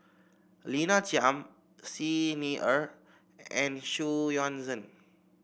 Lina Chiam Xi Ni Er and Xu Yuan Zhen